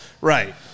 Right